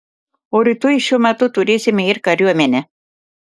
o rytoj šiuo metu turėsime ir kariuomenę